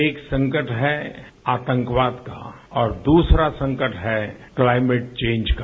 एक संकट है आतंकवाद का और दूसरा संकट है क्लाइमेट चेंज का